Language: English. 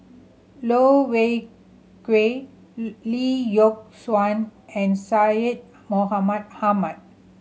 Loh Wei Kui Lee Yock Suan and Syed Mohamed Ahmed